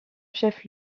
chef